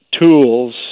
tools